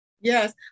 Yes